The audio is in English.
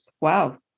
wow